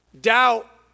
doubt